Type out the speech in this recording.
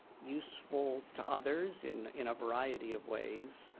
useful to others in in a variety of ways,